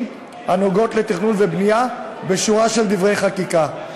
הנוגעות לתכנון ובנייה בשורה של דברי חקיקה,